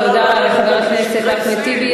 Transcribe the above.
תודה לחבר הכנסת טיבי.